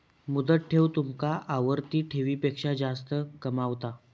मुदत ठेव तुमका आवर्ती ठेवीपेक्षा जास्त कमावता